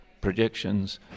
projections